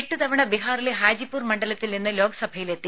എട്ടുതവണ ബീഹാറിലെ ഹാജിപ്പൂർ മണ്ഡലത്തിൽ നിന്ന് ലോക്സഭയിലെത്തി